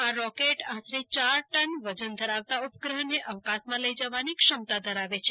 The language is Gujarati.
આ રોકેટ આશરે ચાર ટન વજન ધરાવતા ઉપગ્રહને અવકાશમાં લઈ જવાની ક્ષમતા ધરાવે છે